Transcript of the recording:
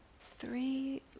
three